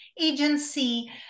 agency